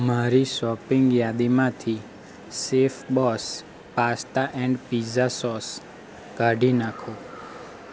મારી શોપિંગ યાદીમાંથી Chef Boss pasta and pizza sauce કાઢી નાખો